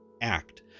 act